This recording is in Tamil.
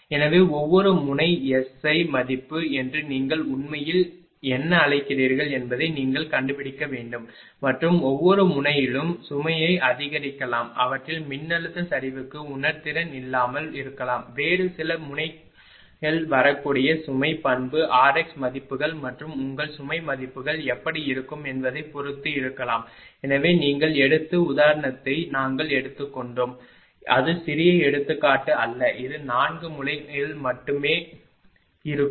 எனவே ஒவ்வொரு முனை எஸ்ஐ மதிப்பு என்று நீங்கள் உண்மையில் என்ன அழைக்கிறீர்கள் என்பதை நீங்கள் கண்டுபிடிக்க வேண்டும் மற்றும் ஒவ்வொரு முனையிலும் சுமையை அதிகரிக்கலாம் அவற்றில் மின்னழுத்த சரிவுக்கு உணர்திறன் இல்லாமல் இருக்கலாம் வேறு சில முனைகள் வரக்கூடிய சுமை பண்பு rx மதிப்புகள் மற்றும் உங்கள் சுமை மதிப்புகள் எப்படி இருக்கும் என்பதைப் பொறுத்து இருக்கலாம் எனவே நீங்கள் எடுத்த உதாரணத்தை நாங்கள் எடுத்துக் கொண்டோம் அது சிறிய எடுத்துக்காட்டு அல்ல இது 4 முனைகள் மட்டுமே இருக்கும்